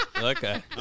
Okay